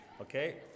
Okay